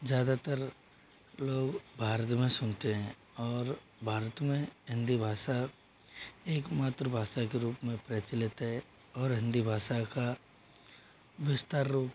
ज़्यादातर लोग भारत में सुनते हैं और भारत में हिंदी भाषा एक मात्र भाषा के रूप में प्रचलित है और हिंदी भाषा का विस्तार रूप